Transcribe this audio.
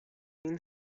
بین